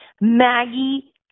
Maggie